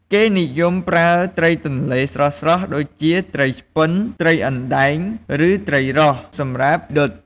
គេនិយមប្រើត្រីទន្លេស្រស់ៗ ដូចជា ត្រីឆ្ពិន ត្រីអណ្ដែង ឬត្រីរ៉ស់ សម្រាប់ដុត។